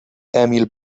emil